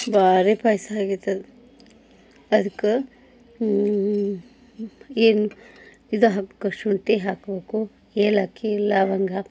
ಭಾರಿ ಪಾಯಸ ಆಗಿತ್ತದು ಅದಕ್ಕೆ ಏನು ಇದು ಹಾಕಬೇಕು ಶುಂಠಿ ಹಾಕಬೇಕು ಏಲಕ್ಕಿ ಲವಂಗ